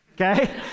okay